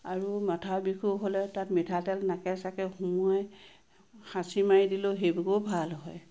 আৰু মাঠা মিষো হ'লে তাত মিঠাতেল নাকে চাকে শুঙোৱাই হাচি মাৰি দিলেও সেইভাগেও ভাল হয়